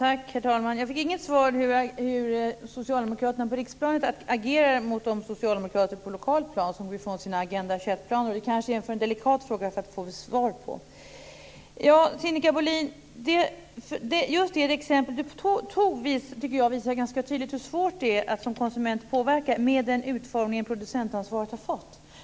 Herr talman! Jag fick inget svar på min fråga om hur Socialdemokraterna på riksplanet agerar gentemot de socialdemokrater på det lokala planet som går ifrån sina Agenda 21-planer men frågan är kanske för delikat för att jag ska få ett svar. Just det exempel som Sinikka Bohlin här tog visar ganska tydligt hur svårt det är för konsumenten att påverka just med den utformning som producentansvaret har fått.